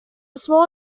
small